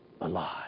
alive